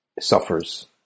suffers